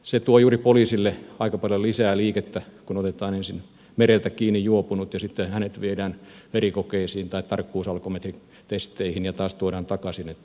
se tuo juuri poliisille aika paljon lisää liikettä kun otetaan ensin mereltä kiinni juopunut ja sitten hänet viedään verikokeisiin tai tarkkuusalkometritesteihin ja taas tuodaan takaisin